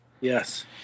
Yes